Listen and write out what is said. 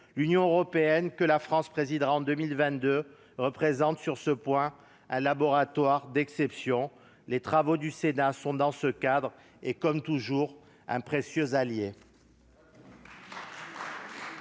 L'Union européenne, que la France présidera en 2022, représente sur ce point un laboratoire d'exception. Les travaux du Sénat sont comme toujours, en particulier